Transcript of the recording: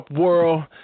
world